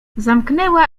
zamknęła